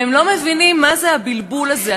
והם לא מבינים מה זה הבלבול הזה.